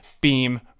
Beam